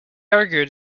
argued